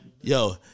Yo